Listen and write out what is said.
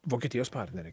vokietijos partnerė